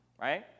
right